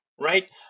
right